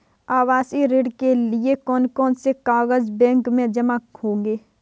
आवासीय ऋण के लिए कौन कौन से कागज बैंक में जमा होंगे?